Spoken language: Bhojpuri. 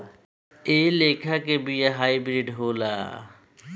एह लेखा के बिया हाईब्रिड होला